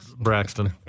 Braxton